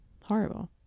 Horrible